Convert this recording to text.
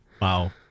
Wow